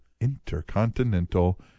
intercontinental